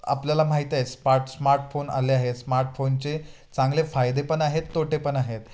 आपल्याला माहीत आहे स्पार्ट स्मार्टफोन आले आहे स्मार्टफोनचे चांगले फायदे पण आहेत तोटे पण आहेत